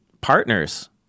partners